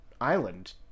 island